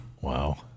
Wow